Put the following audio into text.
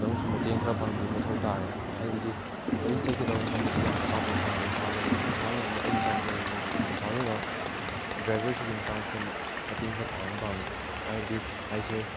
ꯅꯪꯅꯁꯨ ꯃꯇꯦꯡ ꯈꯔ ꯄꯥꯡꯕꯤꯕ ꯃꯊꯧ ꯇꯥꯏ ꯍꯥꯏꯕꯗꯤ ꯑꯩꯅ ꯆꯠꯀꯗꯧꯕ ꯃꯐꯝ ꯑꯁꯤ ꯌꯥꯝ ꯊꯥꯞꯄ ꯃꯐꯝ ꯏꯝꯐꯥꯜꯗꯅꯤ ꯏꯝꯐꯥꯜ ꯑꯣꯏꯕꯅꯤ ꯑꯩꯅ ꯆꯥꯟꯗꯦꯜꯗꯅꯤ ꯑꯗꯨꯅ ꯗ꯭ꯔꯥꯏꯕꯔꯁꯤꯒꯤ ꯃꯇꯥꯡꯗ ꯈꯔ ꯃꯇꯦꯡ ꯈꯔ ꯄꯥꯡꯕ ꯄꯥꯝꯃꯤ ꯍꯥꯏꯕꯗꯤ ꯑꯩꯁꯦ